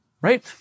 right